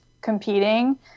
competing